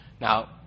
Now